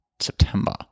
September